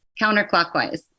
counterclockwise